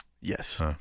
Yes